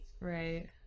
Right